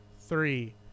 Three